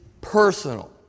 personal